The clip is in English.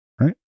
Right